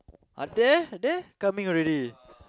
are there there come in already